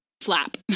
flap